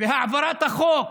והעברת החוק